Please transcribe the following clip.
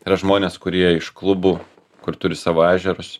yra žmonės kurie iš klubų kur turi savo ežerus